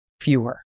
fewer